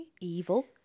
Evil